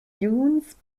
dunes